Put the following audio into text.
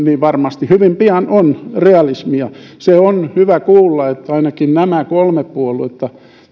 varmasti hyvin pian on realismia se on hyvä kuulla että ainakin nämä kolme puoluetta